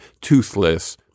toothless